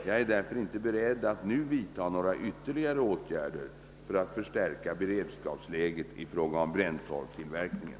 Jag är därför inte beredd att nu vidta några ytterligare åtgärder för att förstärka beredskapsläget i fråga om bränntorvstillverkningen.